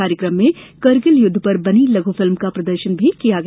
कार्यक्रम में कारगिल युद्ध पर बनी लघु फिल्म का भी प्रदर्शन किया गया